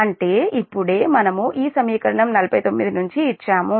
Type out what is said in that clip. అంటే ఇప్పుడే మనము ఈ సమీకరణం 49 నుంచి ఇచ్చాము